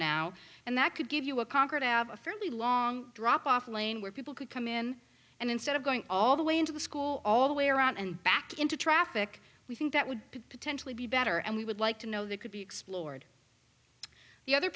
now and that could give you a concord out of a fairly long drop off lane where people could come in and instead of going all the way into the school all the way around and back into traffic we think that would potentially be better and we would like to know that could be explored the other